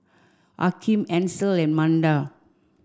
Akeem Ansel and Manda